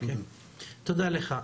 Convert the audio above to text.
תודה לך.